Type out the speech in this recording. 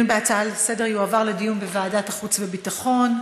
ההצעה לסדר-היום תועבר לדיון בוועדת החוץ והביטחון.